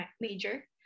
major